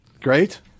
great